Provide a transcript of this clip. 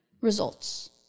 results